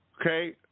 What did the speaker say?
Okay